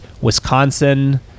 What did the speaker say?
wisconsin